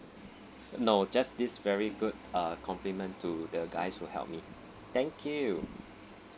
no just this very good uh compliment to the guys who helped me thank you